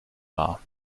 war